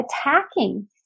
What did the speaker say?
attacking